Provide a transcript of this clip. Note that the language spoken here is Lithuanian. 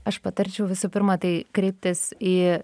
aš patarčiau visų pirma tai kreiptis į